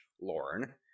lauren